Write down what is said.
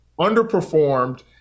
underperformed